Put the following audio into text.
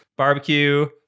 barbecue